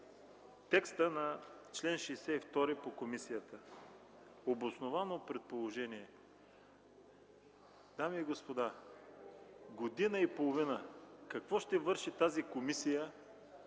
текста на чл. 62 – по комисия. „Обосновано предположение”?! Дами и господа, година и половина какво ще върши тази комисия?